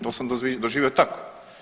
To sam doživio tako.